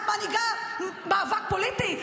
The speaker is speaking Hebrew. את מנהיגה מאבק פוליטי?